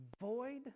void